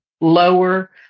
lower